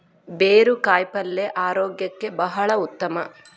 ಬೇರು ಕಾಯಿಪಲ್ಯ ಆರೋಗ್ಯಕ್ಕೆ ಬಹಳ ಉತ್ತಮ